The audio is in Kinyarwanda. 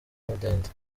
mudende